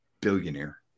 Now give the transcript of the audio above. billionaire